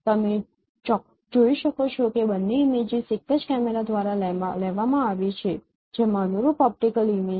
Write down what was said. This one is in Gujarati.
તમે જોઈ શકો છો કે બંને ઈમેજીસ એક જ કેમેરા દ્વારા લેવામાં આવી છે તેમાં અનુરૂપ ઓપ્ટિકલ ઇમેજ છે